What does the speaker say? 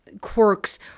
quirks